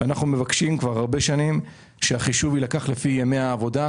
אנחנו מבקשים כבר הרבה שנים שהחישוב יילקח לפי ימי העבודה,